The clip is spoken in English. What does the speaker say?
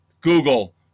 Google